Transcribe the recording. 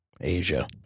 Asia